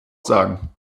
sagen